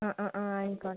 ആ ആ ആ ആയിക്കോട്ടെ